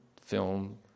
film